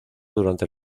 durante